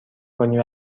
کنی